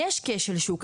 יש כשל שוק,